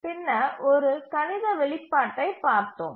பின்னர் ஒரு கணித வெளிப்பாட்டைப் பார்த்தோம்